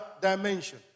dimension